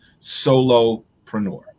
solopreneur